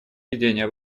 ведения